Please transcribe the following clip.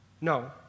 No